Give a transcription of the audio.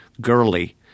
girly